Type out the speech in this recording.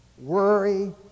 worry